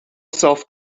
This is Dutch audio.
onszelf